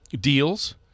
deals